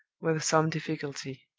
with some difficulty.